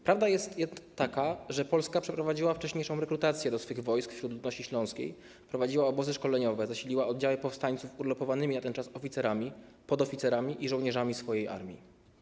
Prawda jest taka, że Polska przeprowadziła wcześniejszą rekrutację do swych wojsk wśród ludności śląskiej, prowadziła obozy szkoleniowe, zasiliła oddziały powstańców urlopowanymi na ten czas oficerami, podoficerami i żołnierzami swojej armii.